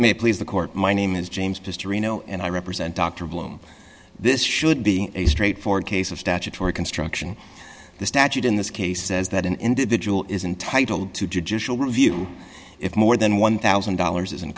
may please the court my name is james just a rino and i represent dr blum this should be a straightforward case of statutory construction the statute in this case says that an individual is entitled to judicial review if more than one thousand dollars is